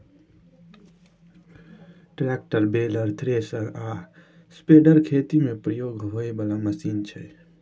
tractor, baler, thresher आ spreader खेती मे प्रयोग होइ बला मशीन छै